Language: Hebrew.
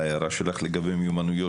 ההערה שלך לגבי מיומנויות,